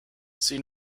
see